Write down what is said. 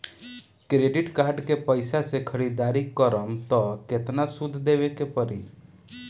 Credit card के पैसा से ख़रीदारी करम त केतना सूद देवे के पड़ी?